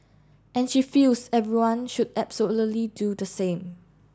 and she feels everyone should absolutely do the same